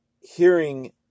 hearing